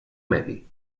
medi